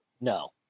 No